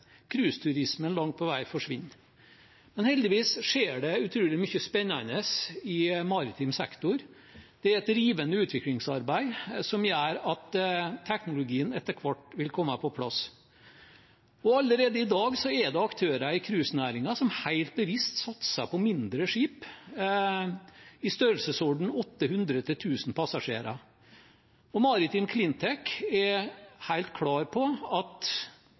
langt på vei forsvinner. Men heldigvis skjer det utrolig mye spennende i maritim sektor. Det er et rivende utviklingsarbeid som gjør at teknologien etter hvert vil komme på plass. Allerede i dag er det aktører i cruisenæringen som helt bevisst satser på mindre skip i størrelsesordenen 800–1 000 passasjerer. Maritime CleanTech er helt klare på at